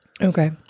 Okay